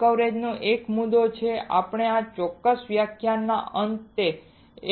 step coverage એક મુદ્દો છે આપણે આ ચોક્કસ વ્યાખ્યાનના અંતે